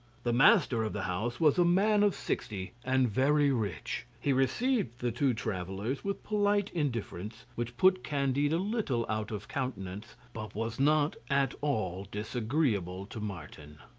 the master of the house was a man of sixty, and very rich. he received the two travellers with polite indifference, which put candide a little out of countenance, but was not at all disagreeable to martin.